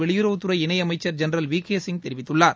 வெளியுறவுத்துறை இணையமைச்சர் general V K Singh தெரிவித்துள்ளார்